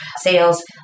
sales